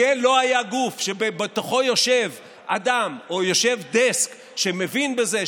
כי לא היה גוף שבתוכו יושב אדם או יושב דסק שמבין בזה,